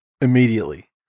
immediately